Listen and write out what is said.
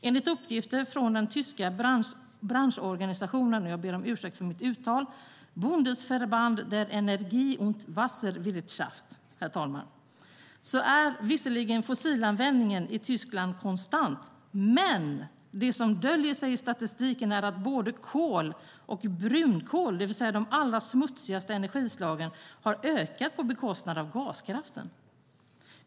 Enligt uppgifter från den tyska branschorganisationen Bundesverband der Energie und Wasserwirtschaft är visserligen fossilanvändningen i Tyskland konstant, men det som döljer sig i statistiken är att både kol och brunkol, det vill säga de allra smutsigaste energislagen, har ökat på bekostnad av gaskraften.